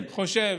אני חושב